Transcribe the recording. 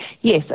yes